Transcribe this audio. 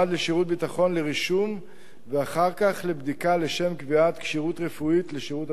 ביטחון לרישום ואחר כך לבדיקה לשם קביעת כשירות רפואית לשירות הביטחון.